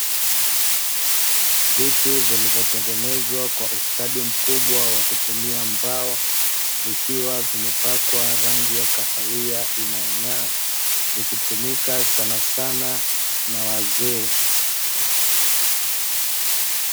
Viti vilivyotengenezwa kwa ustadi mkubwa wa kutumia mbao, vikiwa vimepakwa rangi ya kahawia inayong'aa vikitumika sana sana na wazee.